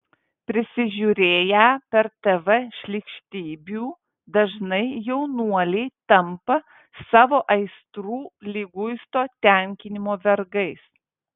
prisižiūrėję per tv šlykštybių dažnai jaunuoliai tampa savo aistrų liguisto tenkinimo vergais